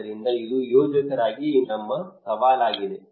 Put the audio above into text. ಆದ್ದರಿಂದ ಇದು ಯೋಜಕರಾಗಿ ನಮ್ಮ ಸವಾಲಾಗಿದೆ